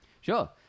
Sure